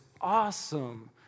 awesome